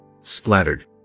splattered